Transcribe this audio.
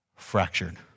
Fractured